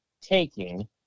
taking